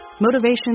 motivation